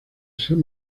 san